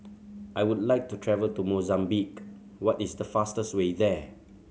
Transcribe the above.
I would like to travel to Mozambique what is the fastest way there